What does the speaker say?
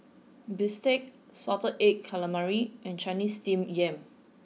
Bistake Salted Egg Calamari and Chinese Steamed Yam